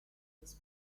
this